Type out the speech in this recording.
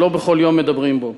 שלא בכל יום מדברים בו,